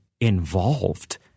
involved